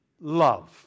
love